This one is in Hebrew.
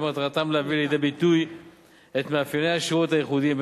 שמטרתם להביא לידי ביטוי את מאפייני השירות הייחודיים.